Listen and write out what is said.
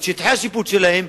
את שטחי השיפוט שלהן.